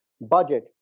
budget